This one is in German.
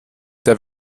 der